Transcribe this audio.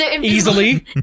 Easily